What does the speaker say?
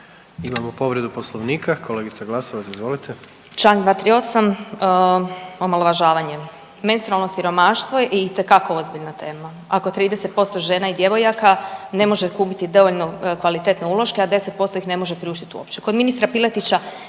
Imamo povredu Poslovnika. Kolegica Glasovac izvolite. **Glasovac, Sabina (SDP)** Članak 238., omalovažavanje. Menstrualno siromaštvo je itekako ozbiljna tema, ako 30% žena i djevojaka ne ože kupiti dovoljno kvalitetne uloške, a 10% ih ne može priuštiti uopće.